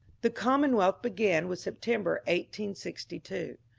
the commonwealth began with september, one sixty two.